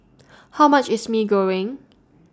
How much IS Mee Goreng